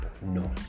No